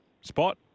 spot